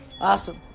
Awesome